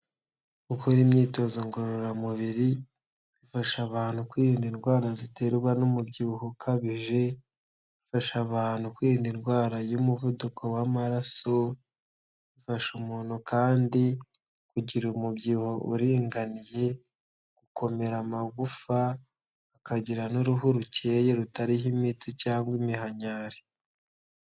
Gukora imyitozo ngororamubiri bifasha abantu kwirinda indwara ziterwa n'umubyibuho ukabije, ifasha abantu kwirinda indwara y'umuvuduko w'amaraso, ifasha umuntu kandi kugira umubyibuho uringaniye, gukomera amagufa, akagira n'uruhu rukeye rutariho imitsi cyangwa iminkanyari.